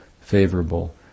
favorable